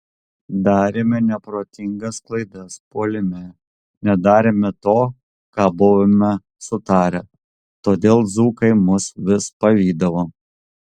darėme neprotingas klaidas puolime nedarėme to ką buvome sutarę todėl dzūkai mus vis pavydavo